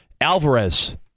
Alvarez